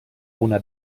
una